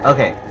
Okay